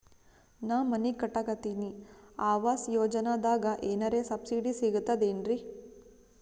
ನಾ ಮನಿ ಕಟಕತಿನಿ ಆವಾಸ್ ಯೋಜನದಾಗ ಏನರ ಸಬ್ಸಿಡಿ ಸಿಗ್ತದೇನ್ರಿ?